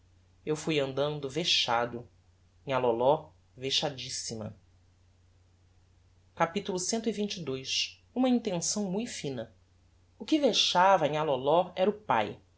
eu fui andando vexado nhã loló vexadissima capitulo cxxii uma intenção mui fina o que vexava a nhã loló era o pae